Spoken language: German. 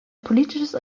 politisches